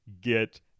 get